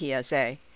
PSA